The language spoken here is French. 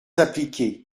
appliqué